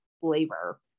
flavor